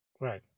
Right